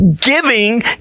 giving